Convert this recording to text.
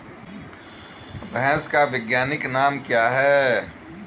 भैंस का वैज्ञानिक नाम क्या है?